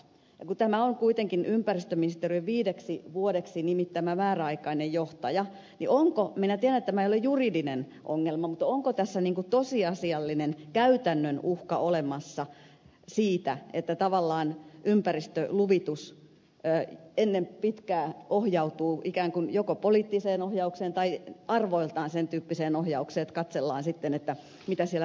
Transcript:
ja kun tämä on kuitenkin ympäristöministeriön viideksi vuodeksi nimittämä määräaikainen johtaja niin onko minä tiedän että tämä ei ole juridinen ongelma tässä niin kuin tosiasiallinen käytännön uhka olemassa siitä että tavallaan ympäristöluvitus ennen pitkää ohjautuu ikään kuin joko poliittiseen ohjaukseen tai arvoiltaan sen tyyppiseen ohjaukseen että katsellaan sitten että mitä siellä tosiasiassa